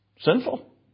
sinful